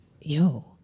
yo